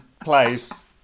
place